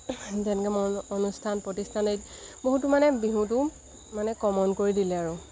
যেনেকৈ অনুষ্ঠান প্ৰতিষ্ঠান আদিত বহুতো মানে বিহুটো মানে কমন কৰি দিলে আৰু